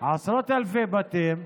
עשרות אלפי בתים.